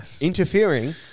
interfering